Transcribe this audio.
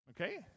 Okay